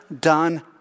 done